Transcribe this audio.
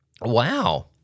Wow